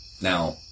Now